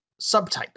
subtype